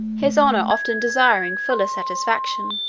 his honour often desiring fuller satisfaction,